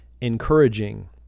encouraging